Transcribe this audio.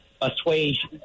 assuage